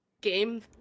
game